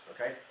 okay